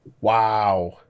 Wow